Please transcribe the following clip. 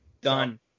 Done